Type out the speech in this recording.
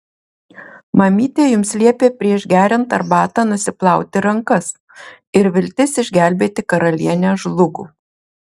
mamytė jums liepė prieš geriant arbatą nusiplauti rankas ir viltis išgelbėti karalienę žlugo